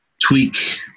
tweak